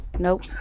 Nope